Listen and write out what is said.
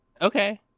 Okay